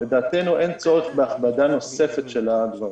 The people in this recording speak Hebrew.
לדעתנו אין צורך בהכבדה נוספת של הדברים.